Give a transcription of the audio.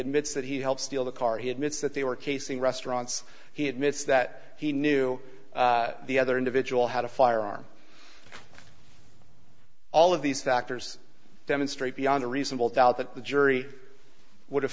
admits that he helped steal the car he admits that they were casing restaurants he admits that he knew the other individual had a firearm all of these factors demonstrate beyond a reasonable doubt that the jury would have